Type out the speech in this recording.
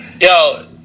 Yo